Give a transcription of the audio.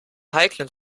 heiklen